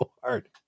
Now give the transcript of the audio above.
hard